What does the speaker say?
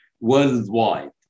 worldwide